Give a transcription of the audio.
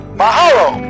mahalo